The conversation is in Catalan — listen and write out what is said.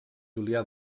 julià